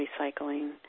recycling